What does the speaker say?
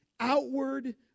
Outward